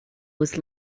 was